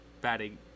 batting